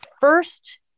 First